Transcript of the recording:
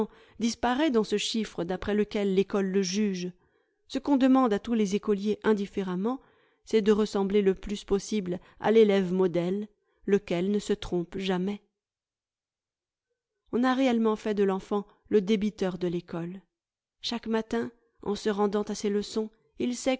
disparaît dans ce chiffre d'après lequel l'ecole le juge ce qu'on demande à tous les écoliers indifféremment c'est de ressembler le plus possible à l'elève modèle lequel ne se trompe jamais on a réellement fait de l'enfant le débiteur de l'ecole chaque matin en se rendant à ses leçons il sait